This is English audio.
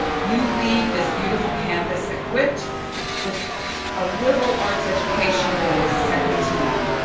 you leave this beautiful campus equipped with a liberal arts education that is second to none.